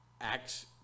Acts